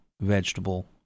vegetable